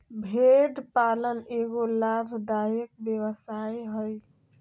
भेड़ पालन एगो लाभदायक व्यवसाय हइ